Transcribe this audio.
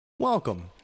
Welcome